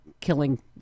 killing